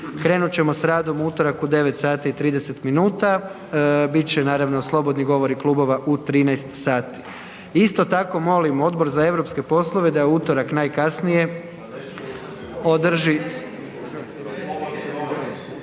Krenut ćemo s radom u utorak u 9:30, bit će naravno slobodni govori klubova u 13:00 sati. Isto tako molim Odbor za europske poslove da u utorak najkasnije održi,